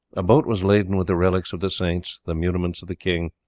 a boat was laden with the relics of the saints, the muniments of the king,